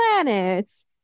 planets